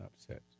upset